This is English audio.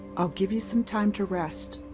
i'll give you some time to rest.